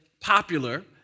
popular